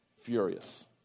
furious